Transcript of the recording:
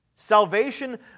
Salvation